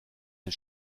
den